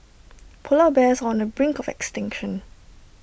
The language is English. Polar Bears on the brink of extinction